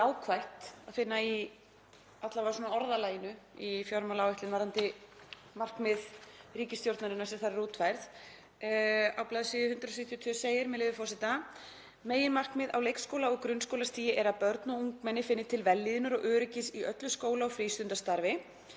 jákvætt að finna í alla vega orðalagi fjármálaáætlunar varðandi markmið ríkisstjórnarinnar sem þar eru útfærð. Á bls. 172 segir, með leyfi forseta: „Meginmarkmið á leikskóla- og grunnskólastigi er að börn og ungmenni finni til vellíðunar og öryggis í öllu skóla- og frístundastarfi